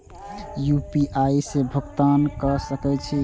UPI से भुगतान क सके छी?